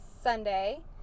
sunday